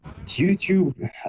YouTube